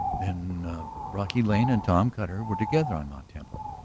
then brocky lane and tom cutter were together on mt. temple?